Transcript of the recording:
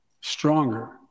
stronger